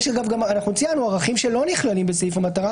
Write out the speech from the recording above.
אנחנו ציינו גם ערכים שלא נכללים בסעיף המטרה